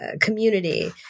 community